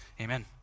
Amen